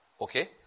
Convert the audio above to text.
okay